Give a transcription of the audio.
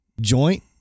joint